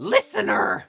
Listener